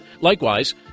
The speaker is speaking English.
Likewise